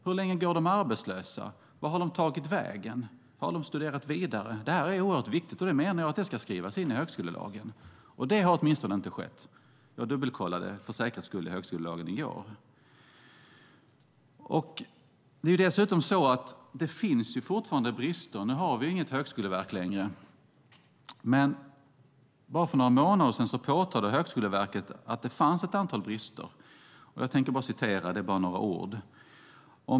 Hur länge går de arbetslösa? Vart har de tagit vägen? Har de studerat vidare? Det här är oerhört viktigt. Det menar jag ska skrivas in i högskolelagen. Det har åtminstone inte skett. Jag dubbelkollade det för säkerhets skull i högskolelagen i går. Det är dessutom så att det fortfarande finns brister. Nu har vi inget högskoleverk längre, men för bara några månader sedan påtalade Högskoleverket att det fanns ett antal brister.